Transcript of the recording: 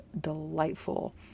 delightful